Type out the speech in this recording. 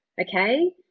okay